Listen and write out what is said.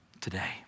today